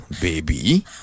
baby